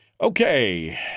Okay